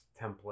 template